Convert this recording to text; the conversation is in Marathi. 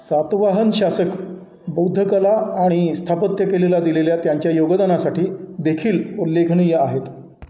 सातवाहन शासक बौद्धकला आणि स्थापत्य केलेला दिलेल्या त्यांच्या योगदानासाठी देखील उल्लेखनीय आहेत